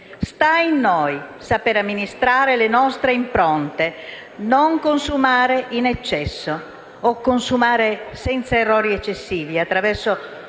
Sta in noi saper amministrare le nostre impronte, non consumare in eccesso o consumare senza errori eccessivi, attraverso